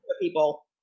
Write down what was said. people